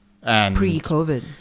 Pre-COVID